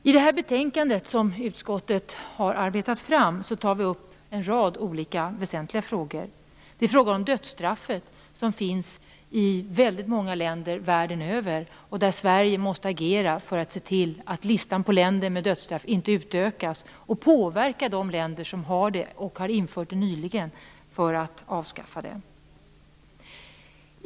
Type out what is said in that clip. I det här betänkandet som utskottet har arbetat fram tar vi upp en rad väsentliga frågor. En sådan är dödsstraffet, som finns i väldigt många länder världen över. Där måste Sverige agera för att listan på länder med dödsstraff inte utökas och påverka de länder som har dödsstraff och har infört det nyligen att avskaffa det.